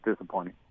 disappointing